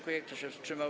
Kto się wstrzymał?